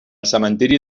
cementiri